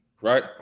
right